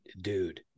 dude